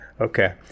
Okay